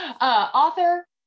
Author